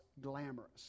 glamorous